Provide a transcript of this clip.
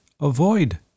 avoid